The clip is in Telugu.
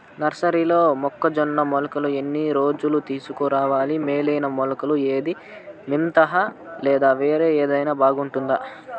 నర్సరీలో మొక్కజొన్న మొలకలు ఎన్ని రోజులకు తీసుకొని రావాలి మేలైన మొలకలు ఏదీ? మితంహ లేదా వేరే ఏదైనా బాగుంటుందా?